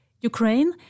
Ukraine